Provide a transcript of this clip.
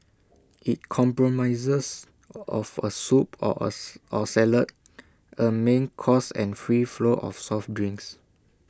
IT comprises of A soup or or salad A main course and free flow of soft drinks